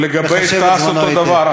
לגבי תע"ש, אותו דבר.